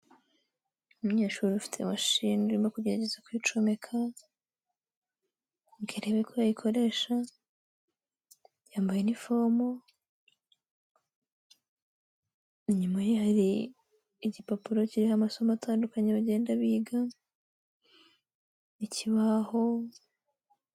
Umunyeshuri ufite mashini urimo kugerageza kuyicomeka, ngo arebe ko yayikoresha, yambaye inifomo, inyuma ye hari igipapuro kiriho amasomo atandukanye bagenda biga, ikibaho.